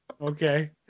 Okay